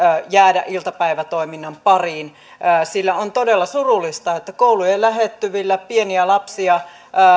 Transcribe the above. jäädä iltapäivätoiminnan pariin sillä on todella surullista että koulujen lähettyvillä pieniä lapsia